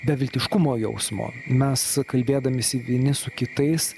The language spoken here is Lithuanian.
beviltiškumo jausmo mes kalbėdamiesi vieni su kitais